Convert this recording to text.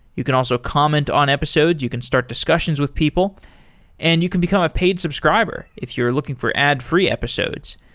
you can also comment on episodes, you can start discussions with people and you can become a paid subscriber if you're looking for ad-free episodes.